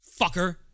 Fucker